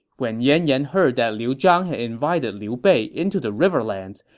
when yan yan heard that liu zhang had invited liu bei into the riverlands,